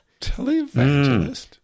Televangelist